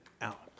out